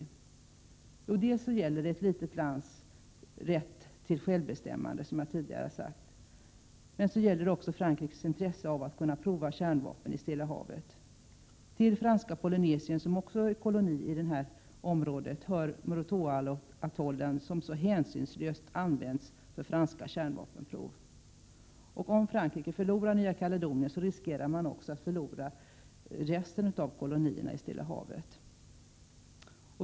Jo, dels gäller det, som jag tidigare har sagt, ett litet lands rätt till självbestämmande, dels gäller det Frankrikes intresse av att kunna prova kärnvapen i Stilla havet. Till franska Polynesien, som också är koloni i det här området, hör Mururoa-atollen, som så hänsynslöst används för franska kärnvapenprov. Om Frankrike förlorar Nya Kaledonien riskerar man att förlora också resten av kolonierna i Stilla havet.